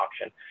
auction